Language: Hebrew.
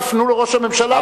תפנו אל ראש הממשלה,